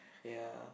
ya